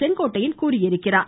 செங்கோட்டையன் தெரிவித்துள்ளார்